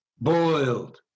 Boiled